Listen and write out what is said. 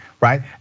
right